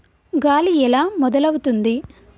గాలి ఎలా మొదలవుతుంది?